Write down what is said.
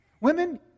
Women